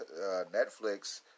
Netflix